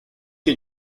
que